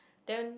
then